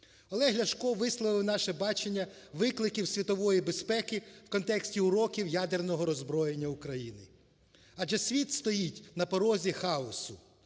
Олег Ляшко висловив наше бачення викликів світової безпеки в контексті уроків ядерного роззброєння України. Адже світ стоїть на порозі хаосу: